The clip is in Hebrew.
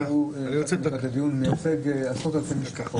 הוא מייצג עשרות אלפי משפחות.